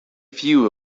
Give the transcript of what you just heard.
few